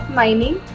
mining